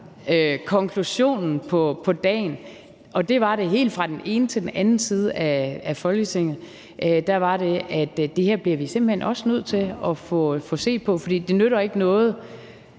konklusionen på debatten, og det var det fra den ene til den anden side af Folketinget, at det her bliver vi simpelt hen også nødt til at få set på, for det nytter ikke noget